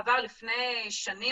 לפני שנים,